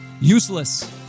useless